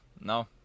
no